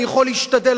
אני יכול להשתדל,